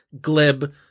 glib